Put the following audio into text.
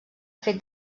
fet